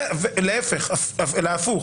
ולהפוך